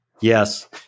Yes